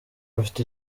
bafite